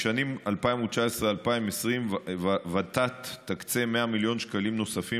בשנים 2019 2020 ות"ת תקצה 100 מיליון שקלים נוספים